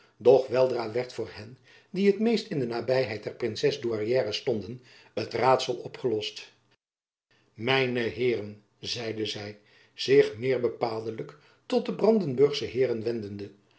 doch weldra werd voor hen die t meest in de nabyheid der princes douairière stonden het raadsel opgelost mijne heeren zeide zy zich meer bepaaldelijk tot de brandenburgsche heeren wendende